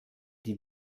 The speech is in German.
die